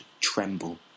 tremble